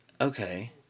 okay